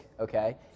okay